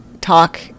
talk